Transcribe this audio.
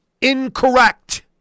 Incorrect